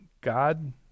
God